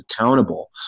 accountable